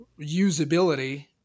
usability